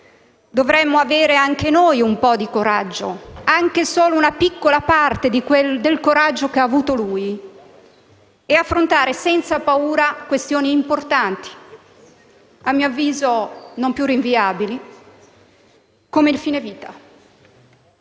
dovremmo avere anche noi un po' di coraggio, anche solo una piccola parte del coraggio che ha avuto lui, e affrontare senza paura questioni importanti, a mio avviso non più rinviabili, come il fine vita.